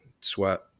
Sweat